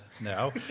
now